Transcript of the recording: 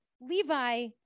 Levi